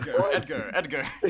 Edgar